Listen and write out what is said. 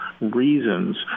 reasons